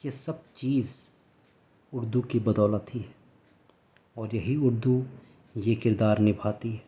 یہ سب چیز اردو کی بدولت ہی ہے اور یہی اردو یہ کردار نبھاتی ہے